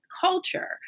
culture